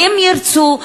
ואם ירצו,